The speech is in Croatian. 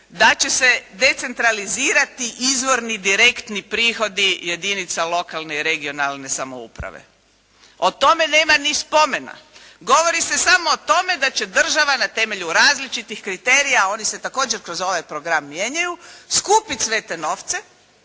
da će se decentralizirati izvorni direktni prihodi jedinica lokalne i regionalne samouprave. O tome nema ni spomena. Govori se samo o tome da će država na temelju različitih kriterija, oni se također kroz ovaj program mijenjaju skupiti sve te novce,